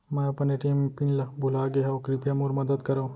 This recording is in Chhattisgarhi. मै अपन ए.टी.एम पिन ला भूलागे हव, कृपया मोर मदद करव